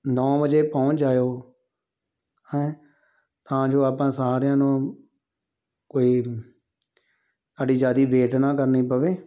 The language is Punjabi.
ਨੌ ਵਜੇ ਪਹੁੰਚ ਜਾਇਓ ਹੈਂ ਤਾਂ ਜੋ ਆਪਾਂ ਸਾਰਿਆਂ ਨੂੰ ਕੋਈ ਤੁਹਾਡੀ ਜ਼ਿਆਦੇ ਵੇਟ ਨਾ ਕਰਨੀ ਪਵੇ